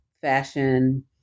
fashion